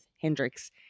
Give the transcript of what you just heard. Hendrix